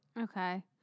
Okay